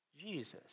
Jesus